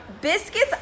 Biscuits